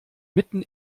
mitten